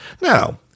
Now